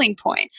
point